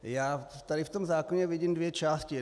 Já tady v tom zákoně vidím dvě části.